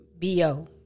BO